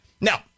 Now